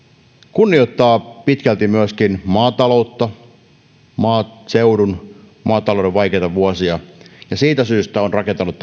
kunnioittaa pitkälti myöskin maataloutta maaseudun maatalouden vaikeita vuosia ja siitä syystä olen rakentanut